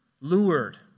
lured